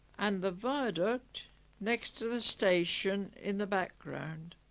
and the viaduct next to the station in the background